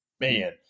man